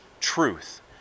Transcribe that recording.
truth